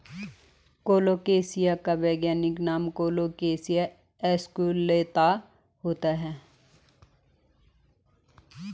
colocasia का वैज्ञानिक नाम कोलोकेशिया एस्कुलेंता होता है